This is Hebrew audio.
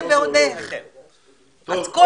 בבקשה.